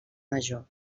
major